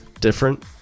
different